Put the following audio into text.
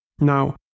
Now